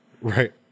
Right